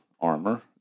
armor